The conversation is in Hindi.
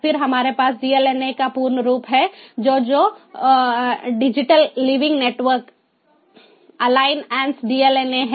फिर हमारे पास DLNA का पूर्ण रूप है जो जो digital living network alliance DLNA है